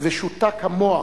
ושותק המוח,